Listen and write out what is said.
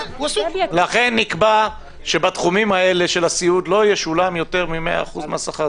לכן נקבע שבתחומים האלה של הסיעוד לא ישולם יותר מ-100% מהשכר,